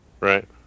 Right